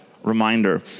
reminder